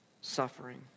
suffering